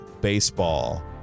Baseball